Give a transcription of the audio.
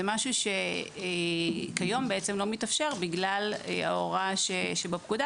זה משהו שכיום לא מתאפשר בגלל ההוראה שבפקודה